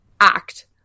act